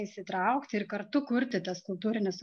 įsitraukti ir kartu kurti tas kultūrinius